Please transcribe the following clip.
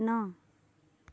ন